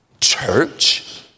Church